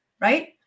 right